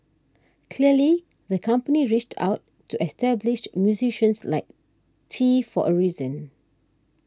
clearly the company reached out to established musicians like Tee for a reason